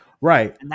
right